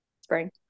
spring